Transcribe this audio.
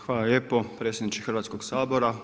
Hvala lijepo predsjedniče Hrvatskog sabora.